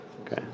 Okay